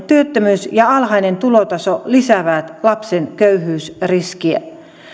työttömyys ja alhainen tulotaso lisäävät lapsen köyhyysriskiä